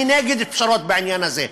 אני נגד פשרות בעניין הזה,